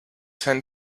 ten